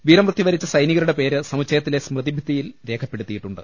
വീരമൃത്യുവരിച്ചു സൈനികരുടെ പേര് സമുച്ചയത്തിലെ സ്മൃതി ഭിത്തിയിൽ രേഖപ്പെടുത്തിയിട്ടുണ്ട്